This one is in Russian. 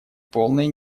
полной